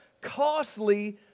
costly